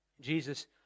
Jesus